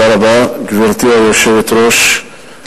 גברתי היושבת-ראש,